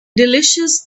delicious